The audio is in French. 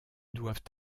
doivent